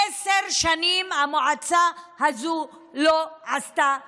עשר שנים המועצה הזו לא עשתה כלום.